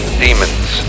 demons